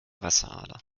wasserader